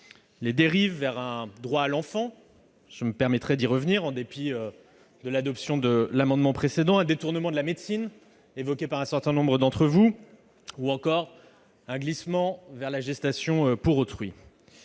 les dérives vers un droit à l'enfant- je me permettrai d'y revenir -, en dépit de l'adoption de l'amendement précédent, un détournement de la médecine ou encore un glissement vers la gestation pour autrui.